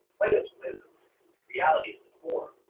plato says reality is the form,